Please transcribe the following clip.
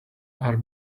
are